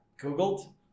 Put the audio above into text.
Googled